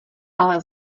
ale